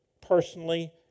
personally